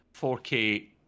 4K